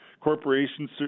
corporations